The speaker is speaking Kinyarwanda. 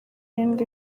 irindwi